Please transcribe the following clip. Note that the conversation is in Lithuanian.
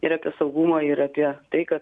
ir apie saugumą ir apie tai kad